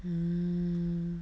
mm